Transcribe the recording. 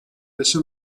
بشه